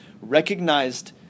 recognized